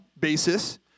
basis